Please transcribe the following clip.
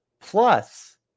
Plus